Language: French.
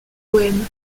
poème